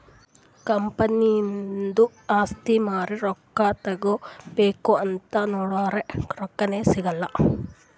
ಕಂಪನಿದು ಆಸ್ತಿ ಮಾರಿ ರೊಕ್ಕಾ ತಗೋಬೇಕ್ ಅಂತ್ ನೊಡುರ್ ರೊಕ್ಕಾನೇ ಸಿಗಲ್ಲ